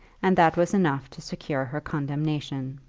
and that was enough to secure her condemnation.